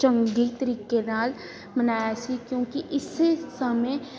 ਚੰਗੇ ਤਰੀਕੇ ਨਾਲ ਮਨਾਇਆ ਸੀ ਕਿਉਂਕਿ ਇਸੇ ਸਮੇਂ